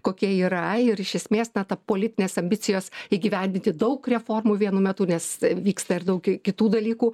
kokia yra ir iš esmės na ta politinės ambicijos įgyvendinti daug reformų vienu metu nes vyksta ir daug kitų dalykų